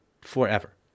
forever